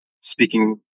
speaking